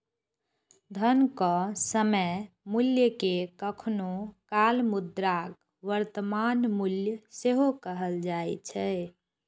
धनक समय मूल्य कें कखनो काल मुद्राक वर्तमान मूल्य सेहो कहल जाए छै